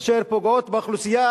אשר פוגעות באוכלוסייה,